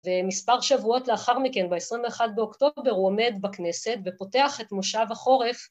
ומספר שבועות לאחר מכן ב-21 באוקטובר הוא עומד בכנסת ופותח את מושב החורף